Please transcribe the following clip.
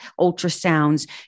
ultrasounds